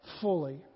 fully